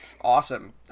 Awesome